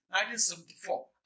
1974